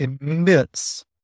immense